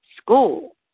School